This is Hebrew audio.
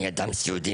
אני אדם סיעודי